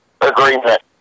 agreement